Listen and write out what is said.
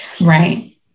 Right